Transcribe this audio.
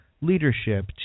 leadership